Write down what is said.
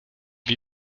wie